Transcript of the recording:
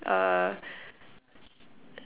uh